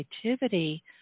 creativity –